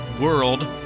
World